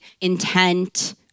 intent